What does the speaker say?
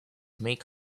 make